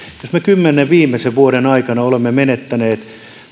jos me kymmenen viimeisen vuoden aikana olemme menettäneet